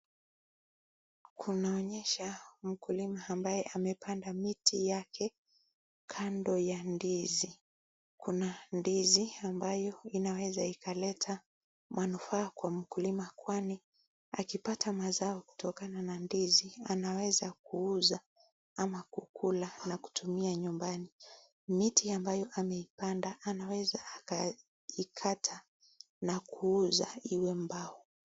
Kunaonyesha mkulima ambaye amepanda miti yake kando ya ndizi. Kuna ndizi ambayo inaweza ikaleta manufaa kwa mkulima kwani akipata mazao kutokana na ndizi anaweza kuuza ama kukula anapotumia nyumbani. Miti ambayo ameipanda anaweza akaikata na kuuza io mbao.